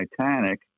Titanic